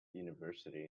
university